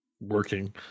working